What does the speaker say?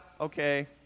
okay